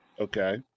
Okay